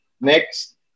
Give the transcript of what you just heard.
Next